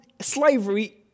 slavery